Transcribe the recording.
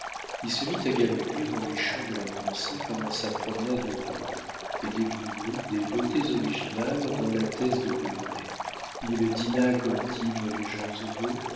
il se mit à galoper dans les champs de la pensée pendant sa promenade au bois et découvrit des beautés originales dans la thèse de blondet il dîna comme dînent les gens heureux